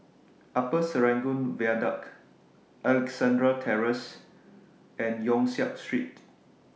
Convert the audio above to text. Upper Serangoon Viaduct Alexandra Terrace and Yong Siak Street